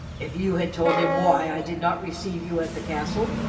if you had told him why i did not receive you at the castle?